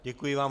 Děkuji vám.